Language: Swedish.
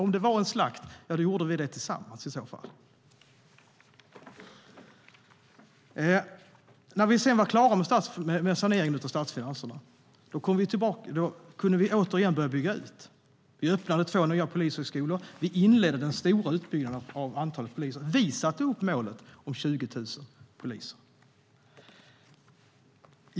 Om det var en slakt - ja, då gjorde vi det tillsammans. När vi sedan var klara med saneringen av statsfinanserna kunde vi återigen börja bygga ut. Vi öppnade två nya polishögskolor, och vi inledde den stora utbyggnaden av antalet poliser. Vi satte upp målet om 20 000 poliser.